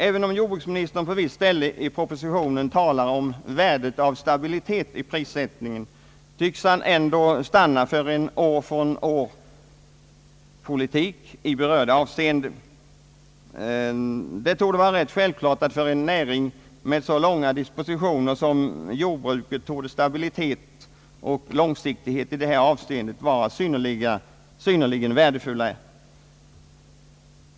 Även om jordbruksministern på ett ställe i propositionen talar om värdet av stabilitet i prissättningen tycks han ändå stanna för en »år från år-politik« i berörda avseenden. Det torde vara rätt självklart att stabilitet och långsiktighet är synnerligen värdefulla för en näring med så långa dispositioner som jordbruket har.